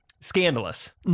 scandalous